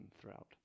throughout